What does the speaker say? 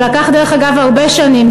שלקח הרבה שנים,